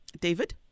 David